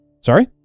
Sorry